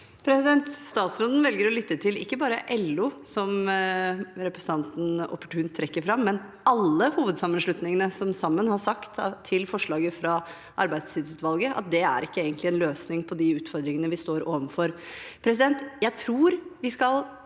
Statsråden vel- ger å lytte til ikke bare LO, som representanten opportunt trekker fram, men alle hovedsammenslutningene, som sammen har sagt om forslaget fra arbeidstidstidsutvalget at det egentlig ikke er en løsning på de utfordringene vi står overfor.